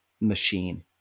machine